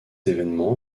événement